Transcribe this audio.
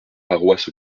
paroisses